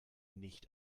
nicht